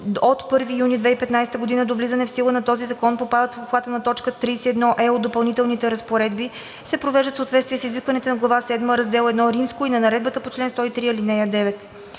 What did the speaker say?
от 1 юни 2015 г. до влизане в сила на този закон попадат в обхвата на т. 31е от допълнителните разпоредби, се привеждат в съответствие с изискванията на глава седма, раздел I и на наредбата по чл. 103, ал. 9.